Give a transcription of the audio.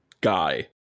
guy